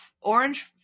orange –